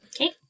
Okay